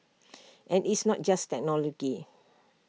and it's not just technology